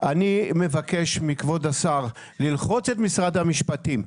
אני מבקש מכבוד השר, ללחוץ את משרד המשפטים.